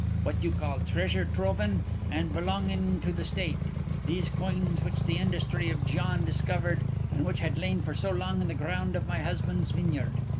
what you call treasure troven and belonging to the state these coins which the industry of gian discovered and which had lain for so long in the ground of my husband's vineyard.